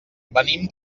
venim